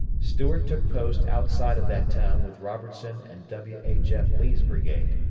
stuart took post outside of that town with robertson and w. h. f. lee's brigade.